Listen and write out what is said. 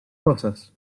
cosas